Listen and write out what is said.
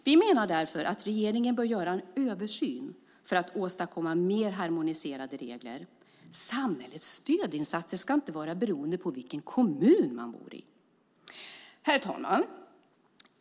Vi menar därför att regeringen bör göra en översyn för att åstadkomma mer harmoniserade regler. Samhällets stödinsatser ska inte vara beroende av vilken kommun man bor i. Herr talman!